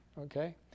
okay